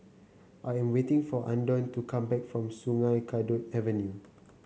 I am waiting for Andon to come back from Sungei Kadut Avenue